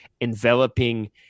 enveloping